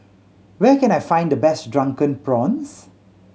where can I find the best Drunken Prawns